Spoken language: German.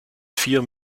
vier